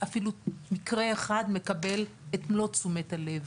אפילו מקרה אחד מקבל את מלוא תשומת הלב.